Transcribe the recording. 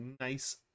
nice